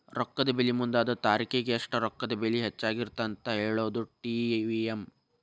ರೊಕ್ಕದ ಬೆಲಿ ಮುಂದ ಅದ ತಾರಿಖಿಗಿ ಎಷ್ಟ ರೊಕ್ಕದ ಬೆಲಿ ಹೆಚ್ಚಾಗಿರತ್ತಂತ ಹೇಳುದಾ ಟಿ.ವಿ.ಎಂ